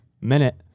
minute